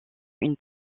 une